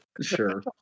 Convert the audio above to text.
Sure